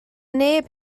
neb